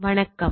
வணக்கம்